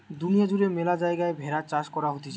দুনিয়া জুড়ে ম্যালা জায়গায় ভেড়ার চাষ করা হতিছে